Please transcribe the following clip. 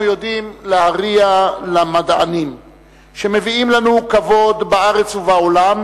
אנחנו יודעים להריע למדענים שמביאים לנו כבוד בארץ ובעולם,